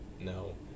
No